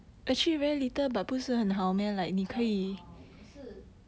很好可是